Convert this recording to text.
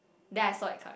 then I saw it come